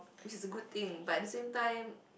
which is a good thing but at the same time